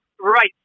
Right